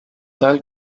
tal